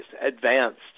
advanced